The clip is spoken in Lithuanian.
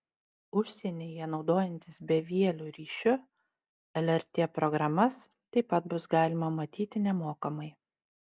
užsienyje naudojantis bevieliu ryšiu lrt programas taip pat bus galima matyti nemokamai